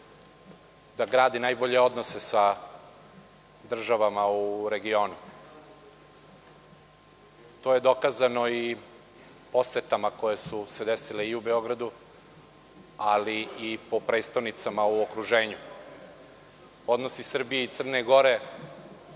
da gradi najbolje odnose sa državama u regionu. To je dokazano i posetama koje su se desile i u Beogradu, ali i po prestonicama u okruženju. Odnosi Srbije i Crne Gore,